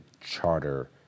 charter